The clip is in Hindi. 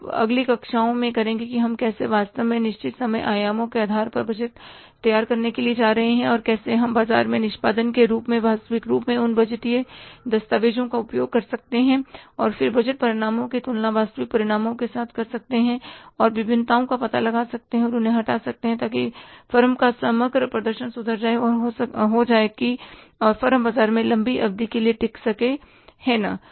हम अब अगली कक्षाओं में करेंगे कि हम कैसे वास्तव में विभिन्न समय आयामो के आधार पर बजट तैयार करने के लिए जा सकते है और कैसे हम बाजार में निष्पादन के रूप में वास्तविक रूप में उन बजटीय दस्तावेज़ों का उपयोग कर सकते हैं और फिर बजट परिणामों की तुलना वास्तविक परिणामों के साथ कर सकते हैं और विभिन्नताओं का पता लगा सकते हैं और उन्हें हटा सकते हैं ताकि फर्म का समग्र प्रदर्शन सुधर जाए और बेहतर हो जाए और फर्म बाजार में लंबी अवधि के लिए टिक सके सही है ना